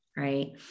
Right